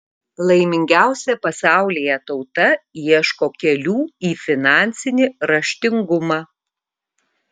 laimingiausia pasaulyje tauta ieško kelių į finansinį raštingumą